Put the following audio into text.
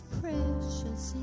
precious